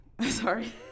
Sorry